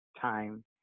time